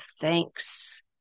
thanks